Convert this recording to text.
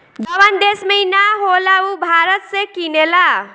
जवन देश में ई ना होला उ भारत से किनेला